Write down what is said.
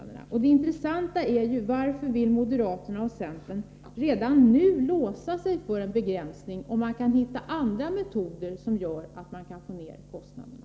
Det intressanta är varför moderaterna och centern redan nu vill låsa sig för en begränsning, om man kan hitta andra metoder som gör att man kan få ned kostnaderna.